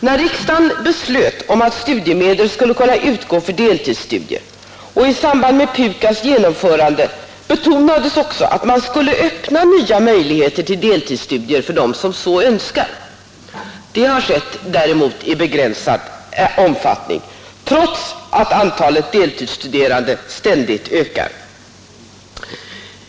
När riksdagen beslöt om att studiemedel skall kunna utgå för deltidsstudier och i samband med PUKAS:s genomförande betonades att man skulle öppna nya möjligheter till deltidsstudier för dem som så önskar. Detta har däremot skett i endast begränsad omfattning, trots att antalet deltidsstuderande ständigt ökar.